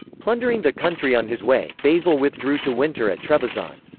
plundering the country on his way, basil withdrew to winter at trebizond.